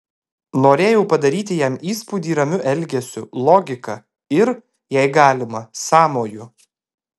norėjau padaryti jam įspūdį ramiu elgesiu logika ir jei galima sąmoju